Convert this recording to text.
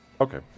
Okay